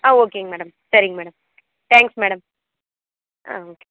ஆ ஓகேங்க மேடம் சரிங்க madam thanks madam ஆ ஓகே